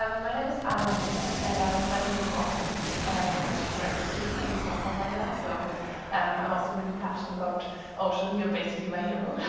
um my name is anna madlena, and i study robotics as a graduate student in stockholm right now. so um i'm also really passion about ocean. you're basically my hero.